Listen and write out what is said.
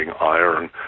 iron